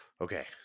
Okay